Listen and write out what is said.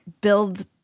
build